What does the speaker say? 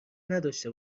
نداشته